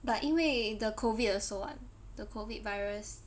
but 因为 the it also on the cold feet virus